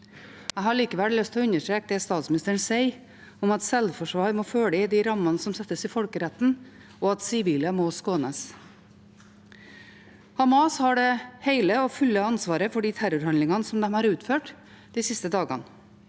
Jeg har likevel lyst til å understreke det statsministeren sa om at sjølforsvar må følge de rammene som settes i folkeretten, og at sivile må skånes. Hamas har det hele og fulle ansvaret for de terrorhandlingene de har utført de siste dagene